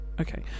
Okay